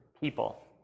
people